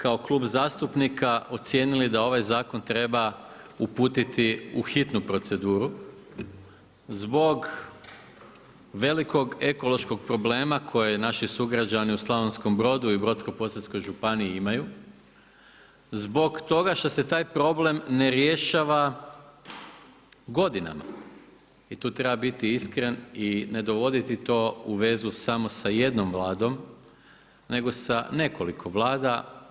Mi smo kao klub zastupnika ocijenili da ovaj zakon treba uputiti u hitnu proceduru zbog velikog ekološkog problema koje naši sugrađani u Slavonskom Brodu i Brodsko-posavskoj županiji imaju, zbog toga što se taj problem ne rješava godinama i tu treba iskren i ne dovoditi to u vezu samo sa jednom vladom nego sa nekoliko vlada.